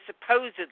supposedly